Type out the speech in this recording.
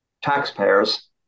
taxpayers